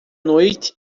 noite